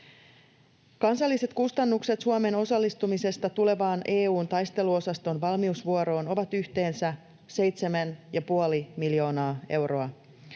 Kansalliset kustannukset Suomen osallistumisesta tulevaan EU:n taisteluosaston valmiusvuoroon ovat yhteensä 7,5 miljoonaa euroa.